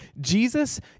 Jesus